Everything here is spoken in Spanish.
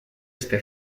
este